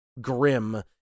grim